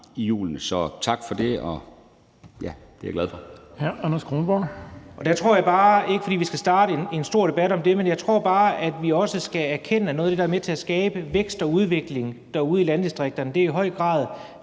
i hjulene. Så tak for det. Det er jeg glad for.